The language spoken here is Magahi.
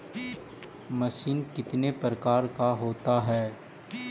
मशीन कितने प्रकार का होता है?